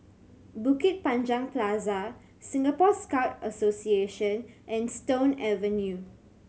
Bukit Panjang Plaza Singapore Scout Association and Stone Avenue